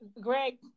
Greg